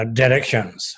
directions